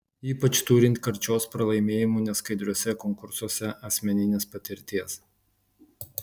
ypač turint karčios pralaimėjimų neskaidriuose konkursuose asmeninės patirties